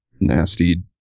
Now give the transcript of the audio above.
nasty